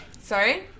Sorry